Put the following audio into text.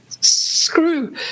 Screw